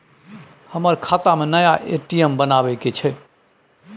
हमर खाता में नया ए.टी.एम बनाबै के छै?